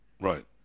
Right